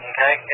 Okay